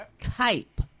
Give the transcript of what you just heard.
type